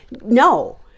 No